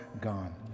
gone